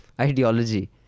ideology